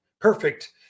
perfect